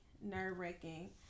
nerve-wracking